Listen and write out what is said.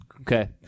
Okay